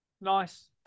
nice